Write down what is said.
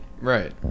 Right